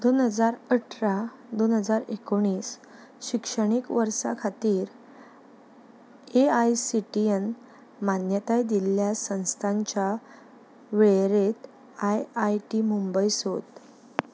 दोन हजार अठरा दोन हजार एकुणीस शिक्षणीक वर्सा खातीर एआयसीटीईन मान्यताय दिल्ल्या संस्थांच्या वळेरेंत आयआयटी मुंबय सोद